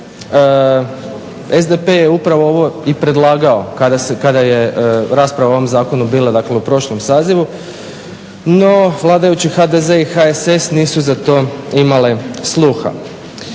SDP je upravo ovo i predlagao kada je rasprava o ovom zakonu bila dakle u prošlom sazivu. No vladajući HDZ i HSS nisu za to imale sluha.